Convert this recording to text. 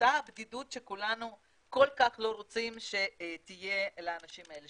מאותה בדידות שכולנו כל כך לא רוצים שתהיה לאנשים האלה,